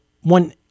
one